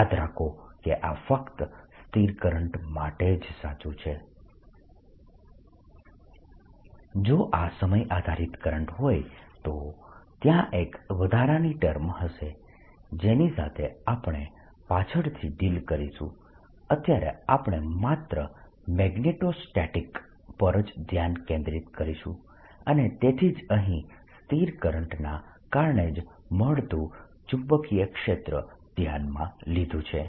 યાદ રાખો કે આ ફક્ત સ્થિર કરંટ માટે જ સાચું છે જો આ સમય આધારિત કરંટ હોય તો ત્યાં એક વધારાની ટર્મ હશે જેની સાથે આપણે પાછળથી ડીલ કરીશું અત્યારે આપણે માત્ર મેગ્નેટોસ્ટેટિકસ પર જ ધ્યાન કેન્દ્રિત કરીશું અને તેથી જ અહીં સ્થિર કરંટના કારણે જ મળતું ચુંબકીય ક્ષેત્ર ધ્યાનમાં લીધું છે